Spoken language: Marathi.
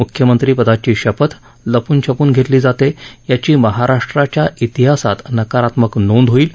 मुख्यमंत्री पदाची शपथ लपून छपून घेतली जाते याची महाराष्ट्राच्या इतिहासात नकारात्मक नोंद होईल